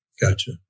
Gotcha